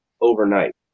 overnight